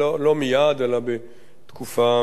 אלא בתקופה מאוחרת יותר,